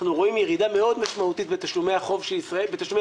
אנחנו רואים ירידה מאוד משמעותית בתשלומי הריבית של ישראל.